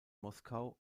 moskau